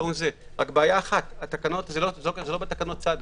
אבל זה לא בתקנות סד"א,